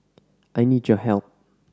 I need your help